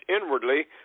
inwardly